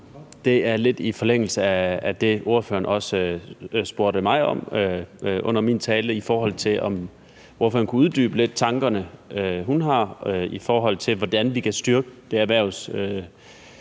tale. Lidt i forlængelse af det, ordføreren spurgte mig om under min tale, vil jeg spørge, om ordføreren kan uddybe de tanker, hun har gjort sig, i forhold til hvordan vi kan styrke det erhvervsmæssige